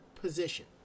position